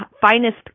finest